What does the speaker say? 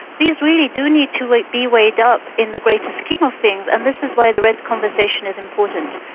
these really do need to like be weighed up in the greater scheme of things, and this is why the redd conversation is important.